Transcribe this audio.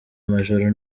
amajoro